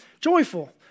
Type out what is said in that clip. Joyful